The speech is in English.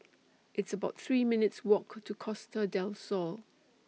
It's about three minutes' Walk to Costa Del Sol